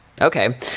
Okay